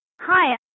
Hi